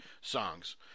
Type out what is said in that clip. songs